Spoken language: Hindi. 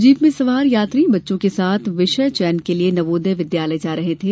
जीप में सवार यात्री बच्चों के साथ विषय चयन के लिए नवोदय विद्यालय जा रहे थे